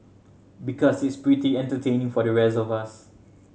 because it's pretty entertaining for the rest of us